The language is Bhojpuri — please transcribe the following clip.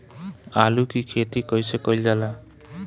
आलू की खेती कइसे कइल जाला?